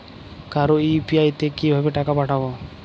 কারো ইউ.পি.আই তে কিভাবে টাকা পাঠাবো?